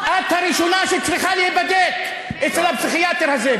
את הראשונה שצריכה להיבדק אצל הפסיכיאטר הזה,